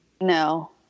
No